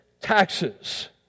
taxes